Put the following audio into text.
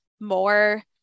more